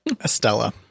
Estella